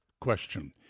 question